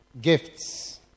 gifts